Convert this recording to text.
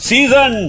Season